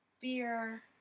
beer